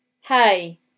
hey